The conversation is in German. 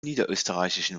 niederösterreichischen